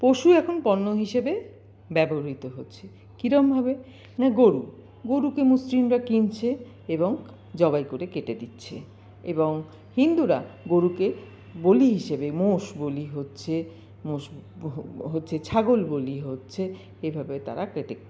পশু এখন পণ্য হিসেবে ব্যবহৃত হচ্ছে কিরকম ভাবে না গরু গরুকে মুসলিমরা কিনছে এবং জবাই করে কেটে দিচ্ছে এবং হিন্দুরা গরুকে বলি হিসাবে মোষ বলি হচ্ছে মোষ হহ হচ্ছে ছাগল বলি হচ্ছে এভাবে তারা কেটে